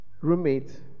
roommate